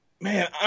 man